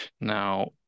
now